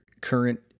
current